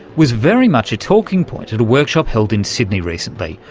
was very much a talking point at a workshop held in sydney recently,